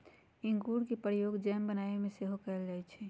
इंगूर के प्रयोग जैम बनाबे में सेहो कएल जाइ छइ